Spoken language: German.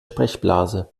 sprechblase